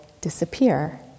disappear